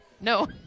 No